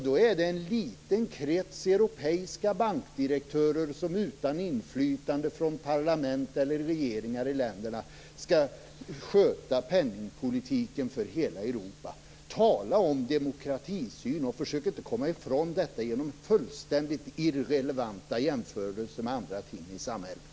Då är det en liten krets av europeiska bankdirektörer som utan inflytande från parlament eller regeringar i länderna skall sköta penningpolitiken för hela Europa. Tala om demokratisyn! Försök inte att komma ifrån detta genom fullständigt irrelevanta jämförelser med andra ting i samhället!